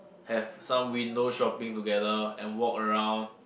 have some window shopping together and walk around